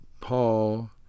Paul